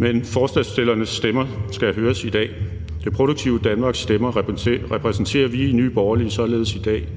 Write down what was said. men forslagsstillernes stemmer skal høres i dag. Det produktive Danmarks stemmer repræsenterer vi i Nye Borgerlige således i dag.